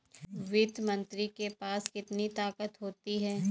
वित्त मंत्री के पास कितनी ताकत होती है?